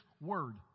word